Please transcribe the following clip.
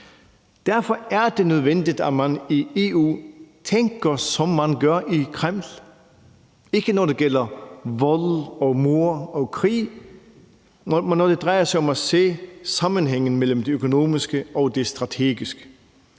Derfor er det nødvendigt, at man i EU tænker, som man gør i Kreml, ikke når det gælder vold, mord og krig, men når det drejer sig om at se sammenhængen mellem det økonomiske og det strategiske.